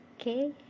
Okay